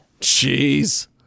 Jeez